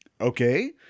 Okay